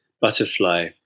butterfly